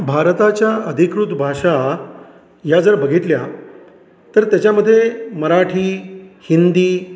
भारताच्या अधिकृत भाषा या जर बघितल्या तर त्याच्यामध्ये मराठी हिंदी